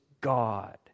God